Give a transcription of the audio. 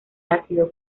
ácido